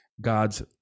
God's